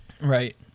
right